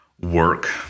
work